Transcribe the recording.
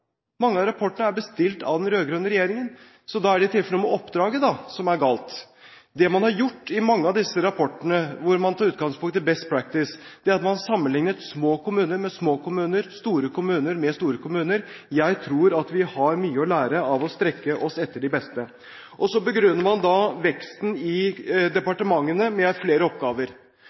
så da er det i tilfelle noe med oppdraget som er galt. Det man har gjort i mange av disse rapportene, hvor man tar utgangspunkt i «best practice», er at man sammenlignet små kommuner med små kommuner og store kommuner med store kommuner. Jeg tror at vi har mye å lære av å strekke oss etter de beste. Man begrunner veksten i departementene med flere oppgaver. Så begrunner man videre veksten i underliggende etater med at oppgaver